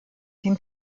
dem